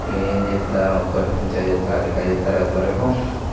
నేనేం చేస్తాను ఒకటి నుంచి ఐదవ తర ఐదవ తరగతి వరకు